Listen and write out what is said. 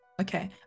Okay